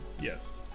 Yes